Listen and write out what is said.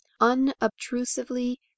unobtrusively